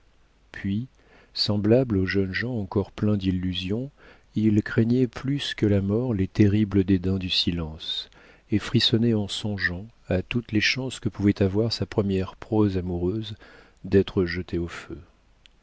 puis semblable aux jeunes gens encore pleins d'illusions il craignait plus que la mort les terribles dédains du silence et frissonnait en songeant à toutes les chances que pouvait avoir sa première prose amoureuse d'être jetée au feu